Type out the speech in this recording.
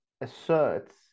asserts